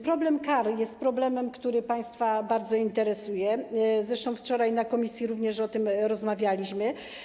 Problem kar jest problemem, który państwa bardzo interesuje, zresztą wczoraj na posiedzeniu komisji również o tym rozmawialiśmy.